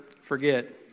forget